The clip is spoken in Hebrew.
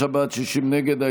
55 בעד, 60 נגד.